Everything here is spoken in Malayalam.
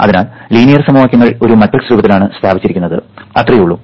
അതിനാൽ ലീനിയർ സമവാക്യങ്ങൾ ഒരു മാട്രിക്സ് രൂപത്തിലാണ് സ്ഥാപിച്ചിരിക്കുന്നത് അത്രയേയുള്ളൂ